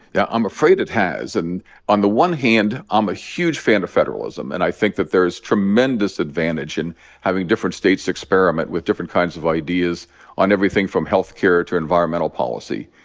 yeah, i'm afraid it has. and on the one hand, i'm a huge fan of federalism, and i think that there's tremendous advantage in having different states experiment with different kinds of ideas on everything from health care to environmental policy.